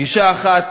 גישה אחת,